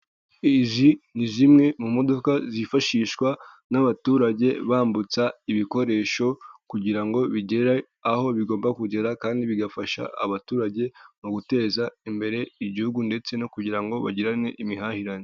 Izi ni zimwe mu modoka zifashishwa n'abaturage bambutsa ibikoresho kugira ngo bigere aho bigomba kugera kandi bigafasha abaturage mu guteza imbere igihugu ndetse no kugira ngo bagirane imihahirane.